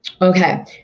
Okay